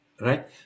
right